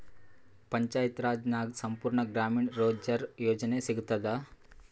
ಪಂಚಾಯತ್ ರಾಜ್ ನಾಗ್ ಸಂಪೂರ್ಣ ಗ್ರಾಮೀಣ ರೋಜ್ಗಾರ್ ಯೋಜನಾ ಸಿಗತದ